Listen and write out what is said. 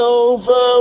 over